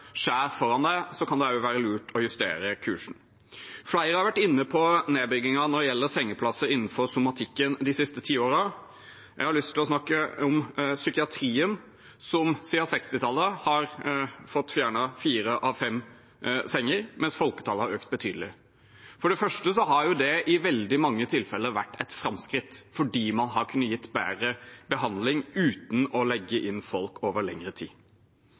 skjær foran seg, kan det også være lurt å justere kursen. Flere har vært inne på nedbyggingen av sengeplasser innenfor somatikken de siste tiårene. Jeg har lyst til å snakke om psykiatrien, som siden 1960-tallet har fått fjernet fire av fem senger, mens folketallet har økt betydelig. For det første har jo det i veldig mange tilfeller vært et framskritt, fordi man har kunnet gi bedre behandling uten å legge inn folk over lengre tid.